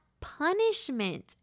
punishment